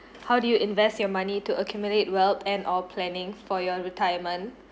how do you invest your money to accumulate wealth and or planning for your retirement